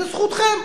זאת זכותכם.